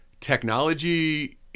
technology